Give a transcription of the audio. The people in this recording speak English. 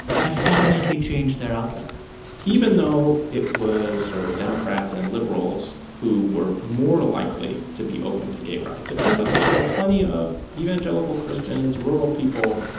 had fundamentally changed their outlook even though it was sort of democrats and liberals who were more likely to be open to gay rights, it turns out that there were plenty of evangelical christians, rural people,